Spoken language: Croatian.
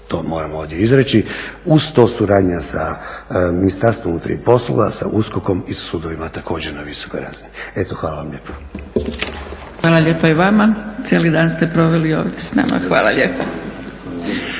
to moram ovdje izreći. Uz to suradnja sa Ministarstvom unutarnjih poslova, sa USKOK-om i sa sudovima također na visokoj razini. Eto, hvala vam lijepa. **Zgrebec, Dragica (SDP)** Hvala lijepa i vama. Cijeli dan ste proveli ovdje s nama, hvala lijepo.